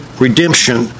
redemption